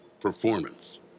performance